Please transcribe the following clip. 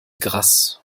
grasse